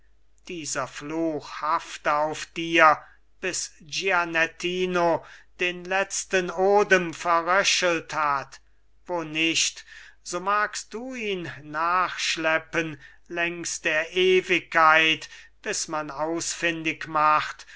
dieser fluch hafte auf dir bis gianettino den letzten odem verröchelt hat wo nicht so magst du ihn nachschleppen längs der ewigkeit bis man ausfindig macht